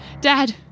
Dad